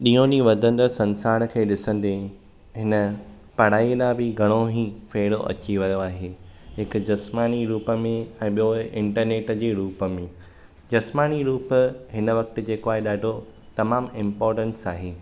ॾींहों ॾींहुं वधंदड़ संसार खे ॾिसंदे हिन पढ़ाईअ लाइ बि घणो ई फेरो अची वियो आहे हिकु जसमानी रूप में ऐं ॿियो इंटरनेट जे रूप में जसमानी रूप हिन वक़्तु जेको आहे ॾाढो तमामु इंपोटेंस आहे